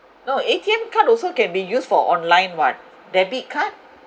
no A_T_M card also can be used for online [what] debit card